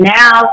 now